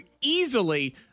easily